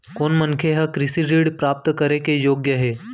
कोन मनखे ह कृषि ऋण प्राप्त करे के योग्य हे?